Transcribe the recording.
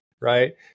Right